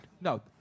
No